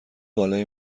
بالای